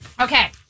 Okay